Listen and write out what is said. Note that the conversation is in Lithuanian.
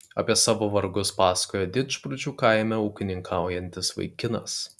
apie savo vargus pasakojo didžprūdžių kaime ūkininkaujantis vaikinas